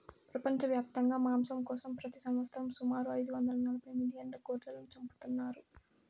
ప్రపంచవ్యాప్తంగా మాంసం కోసం ప్రతి సంవత్సరం సుమారు ఐదు వందల నలబై మిలియన్ల గొర్రెలను చంపుతున్నారు